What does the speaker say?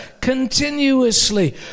continuously